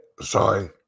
sorry